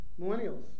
Millennials